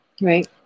Right